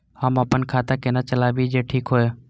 हम अपन खाता केना चलाबी जे ठीक होय?